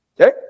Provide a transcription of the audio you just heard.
Okay